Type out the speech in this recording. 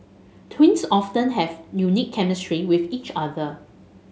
twins often have unique chemistry with each other